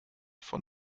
von